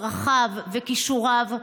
ערכיו וכישוריו,